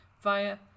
via